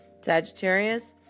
Sagittarius